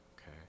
okay